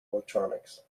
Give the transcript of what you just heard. electronics